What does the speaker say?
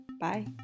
Bye